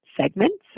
segments